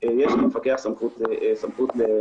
יש למפקח סמכות- --.